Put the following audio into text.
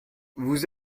vous